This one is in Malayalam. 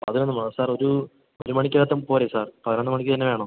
അത് വേണം ആ സാർ ഒരു ഒരു മണിക്കോ മറ്റോ പോരേ സാർ പതിനൊന്ന് മണിക്ക് തന്നെ വേണോ